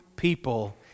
people